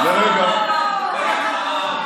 סוף-סוף.